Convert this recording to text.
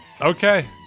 okay